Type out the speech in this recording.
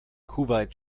kuwait